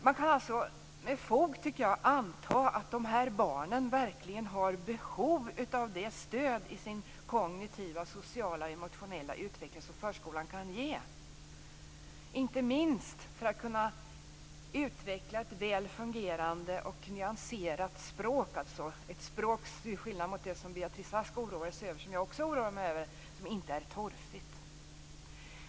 Man kan med fog anta att de här barnen i sin kognitiva, sociala och emotionella utveckling verkligen har behov av det stöd som förskolan kan ge, inte minst för att kunna utveckla ett väl fungerande och nyanserat språk. Ett språk som inte är torftigt. Det som både Beatrice Ask och jag oroar oss för.